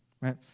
right